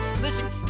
Listen